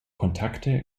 kontakte